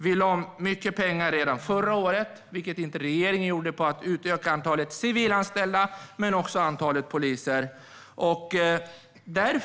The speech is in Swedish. Vi lade mycket pengar redan förra året, vilket inte regeringen gjorde, på att utöka antalet civilanställda men också antalet poliser.